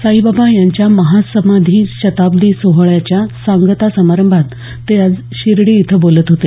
साईबाबा यांच्या महासमाधी शताब्दी सोहळ्याच्या सांगता समारंभात ते आज शिर्डी इथं बोलत होते